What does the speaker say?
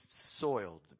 soiled